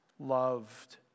loved